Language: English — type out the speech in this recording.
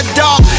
dog